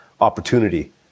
opportunity